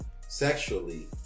sexually